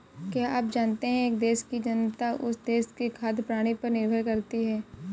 क्या आप जानते है एक देश की जनता उस देश की खाद्य प्रणाली पर निर्भर करती है?